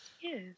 Yes